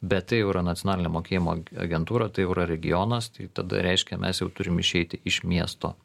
bet tai jau yra nacionalinė mokėjimo agentūra tai jau yra regionas tai tada reiškia mes jau turim išeiti iš miesto